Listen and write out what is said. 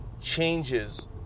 changes